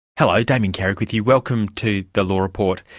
hello, damien carrick with you, welcome to the law report.